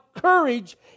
courage